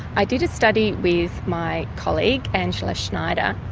i did a study with my colleague, angela schneider,